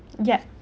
yup